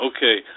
Okay